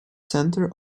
center